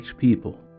people